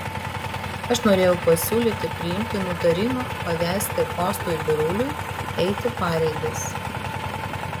aš norėjau pasiūlyti priimti nutarimą pavesti kostui biruliui eiti pareigas